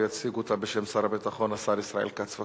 ויציג אותה בשם שר הביטחון השר ישראל כץ.